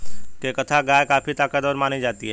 केंकथा गाय काफी ताकतवर मानी जाती है